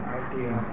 idea